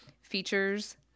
features